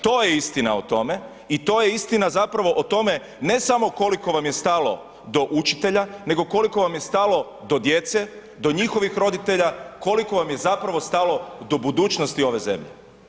To je istina o tome i to je istina zapravo o tome ne samo koliko vam je stalo do učitelja nego koliko vam je stalo do djece, do njihovih roditelja, koliko vam je zapravo stalo do budućnosti ove zemlje.